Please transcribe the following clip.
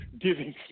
giving